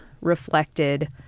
reflected